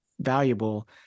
valuable